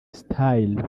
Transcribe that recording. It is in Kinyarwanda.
style